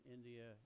India